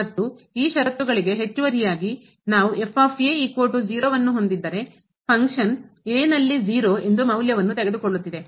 ಮತ್ತು ಆ ಷರತ್ತುಗಳಿಗೆ ಹೆಚ್ಚುವರಿಯಾಗಿ ನಾವು ಅನ್ನು ಹೊಂದಿದ್ದರೆ ಫಂಕ್ಷನ್ ಕಾರ್ಯವು ಎಂದು ಮೌಲ್ಯವನ್ನು ತೆಗೆದುಕೊಳ್ಳುತ್ತಿದೆ